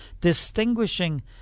distinguishing